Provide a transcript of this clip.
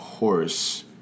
horse